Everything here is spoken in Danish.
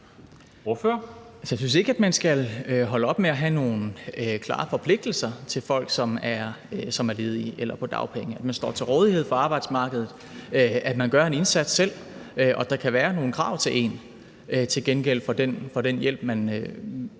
Jeg synes ikke, man skal holde op med at have nogle klare forpligtelser til folk, som er ledige eller er på dagpenge: At man står til rådighed for arbejdsmarkedet, at man gør en indsats selv, og at der kan være nogle krav til en til gengæld for den hjælp, man